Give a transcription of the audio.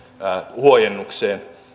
huojennukseen